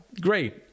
great